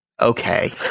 Okay